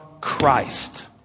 Christ